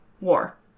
war